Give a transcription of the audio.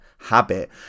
habit